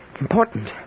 important